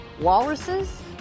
Walruses